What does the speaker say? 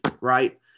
right